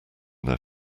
their